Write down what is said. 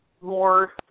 more